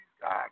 God